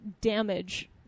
damage